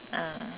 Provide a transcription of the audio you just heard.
ah